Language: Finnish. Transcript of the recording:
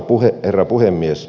arvoisa herra puhemies